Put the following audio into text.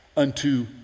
unto